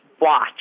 watch